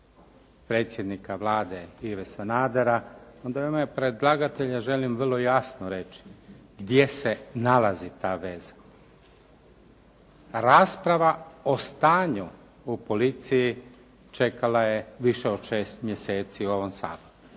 predsjednika Vlade Ive Sanadera, onda u ime predlagatelja želim vrlo jasno reći gdje se nalazi ta veza. Rasprava o stanju u policiji čekala je više od 6 mjeseci u ovom Saboru